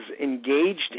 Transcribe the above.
engaged